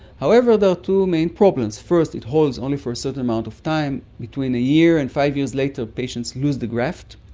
however, there are two main problems. first, it holds only for a certain amount of time, between a year and five years later patients lose the graft.